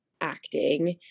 acting